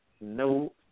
no